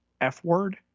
F-word